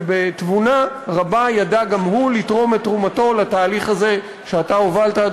שבתבונה רבה ידע גם הוא לתרום את תרומתו לתהליך הזה שאתה הובלת,